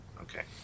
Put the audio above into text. Okay